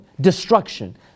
destruction